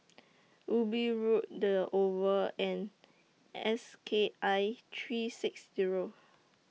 Wilby Road The Oval and S K I three six Zero